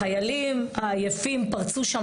החיילים פרצו שם